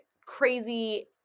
crazy